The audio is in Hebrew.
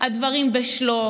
הדברים ב"שלוף".